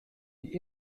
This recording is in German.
die